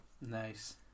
Nice